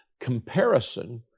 comparison